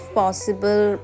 possible